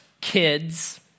kids